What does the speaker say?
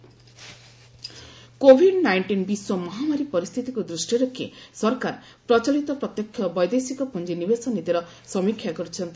FDI policy Covid nineteen ବିଶ୍ୱ ମହାମାରୀ ପରିସ୍ଥିତିକୁ ଦୃଷ୍ଟିରେ ରଖି ସରକାର ପ୍ରଚଳିତ ପ୍ରତ୍ୟକ୍ଷ ବୈଦେଶିକ ପୁଞ୍ଜ ନିବେଶ ନୀତିର ସମୀକ୍ଷା କରିଛନ୍ତି